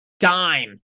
Dime